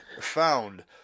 found